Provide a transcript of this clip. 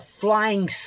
flying